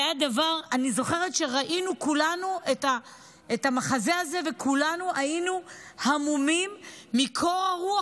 אני זוכרת שראינו כולנו את המחזה הזה וכולנו היינו המומים מקור הרוח,